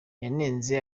yanenze